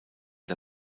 der